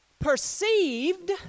perceived